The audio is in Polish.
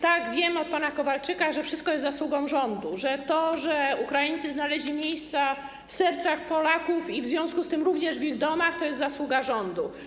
Tak, wiem od pana Kowalczyka, że wszystko jest zasługą rządu, to, że Ukraińcy znaleźli miejsca w sercach Polaków i w związku z tym również w ich domach, to jest zasługa rządu.